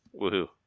Woohoo